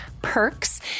perks